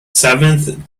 seventh